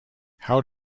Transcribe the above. how